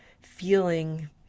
feeling